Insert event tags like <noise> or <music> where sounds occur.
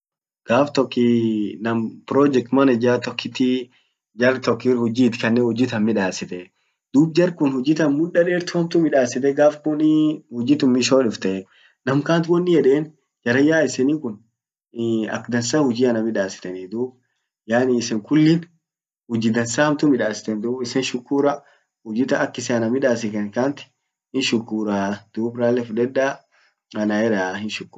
gaf tok <hesitation> nam project manager tokitii jar tokkir huji itakanne huji tan midasitte dub jar kun huji tan muda dertu hamtu midasite gaf kun <hesitation> hujji tun misho dufte nam kant wonin yeden jaranyaa isenin kun <hesitation> ak dansa huji ana midasitenii dub yaani isen kullin huji dansa hamtu midasiteni dub isen shukura huji tan akisen ana midasiten kanti hinshukuraa, dub rale fudeda ana eddaa hinshukuraa.